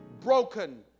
broken